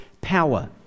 power